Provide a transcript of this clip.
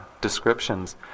descriptions